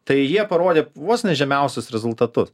tai jie parodė vos ne žemiausius rezultatus